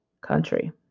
country